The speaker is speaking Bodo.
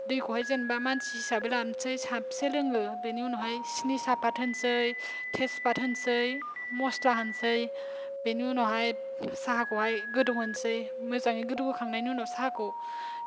दैखौहाय जेनोबा मानसि हिसाबै लानसै साबसे लोङो बिनि उनावहाय सिनि साहाफात होनसै थेसफात होनसै मस्ला होनसै बिनि उनावहाय साहाखौहाय गोदौ होनसै मोजाङै गोदौ होखांनायनि उनाव साहाखौ